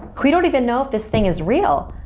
we don't even know if this thing is real.